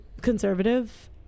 conservative